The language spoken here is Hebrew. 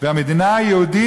והמדינה היהודית,